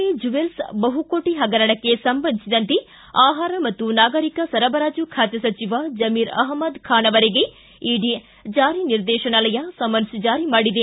A jewel ಬಹುಕೋಟ ಹಗರಣಕ್ಕೆ ಸಂಬಂಧಿಸಿದಂತೆ ಆಹಾರ ಮತ್ತು ನಾಗರಿಕ ಸರಬರಾಜು ಖಾತೆ ಸಚಿವ ಜಮೀರ್ ಅಪಮ್ಮದ್ ಖಾನ್ ಅವರಿಗೆ ಇಡಿ ಜಾರಿ ನಿರ್ದೇಶನಾಲಯ ಸಮನ್ಸ್ ಜಾರಿ ಮಾಡಿದೆ